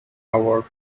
award